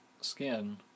skin